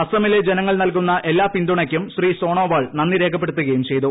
അസ്സമിലെ ജനങ്ങൾ നൽകുന്നഎല്ലാ പിന്തുണയ്ക്കും ശ്രീ സോണോവാൾ നന്ദി രേഖപ്പെടുത്തുകയും ചെയ്തു